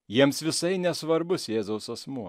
jiems visai nesvarbus jėzaus asmuo